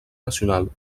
nacional